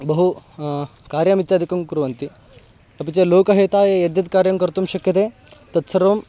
बहु कार्यमित्यादिकं कुर्वन्ति अपि च लोकहिताय यद्यद् कार्यं कर्तुं शक्यते तत्सर्वं